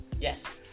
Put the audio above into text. Yes